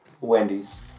Wendy's